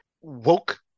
woke